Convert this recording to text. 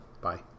Bye